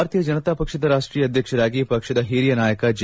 ಭಾರತೀಯ ಜನತಾ ಪಕ್ಷದ ರಾಷ್ಟೀಯ ಅಧ್ಯಕ್ಷರಾಗಿ ಪಕ್ಷದ ಹಿರಿಯ ನಾಯಕ ಜೆ